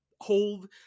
hold